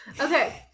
Okay